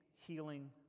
healing